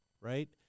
right